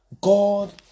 God